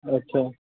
अच्छा